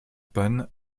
panne